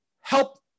help